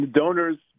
donors